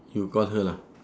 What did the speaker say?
you call her lah